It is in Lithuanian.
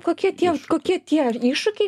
kokie tie kokie tie iššūkiai